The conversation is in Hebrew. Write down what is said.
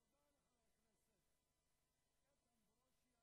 תודה לחבר הכנסת איתן ברושי.